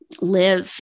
live